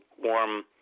warm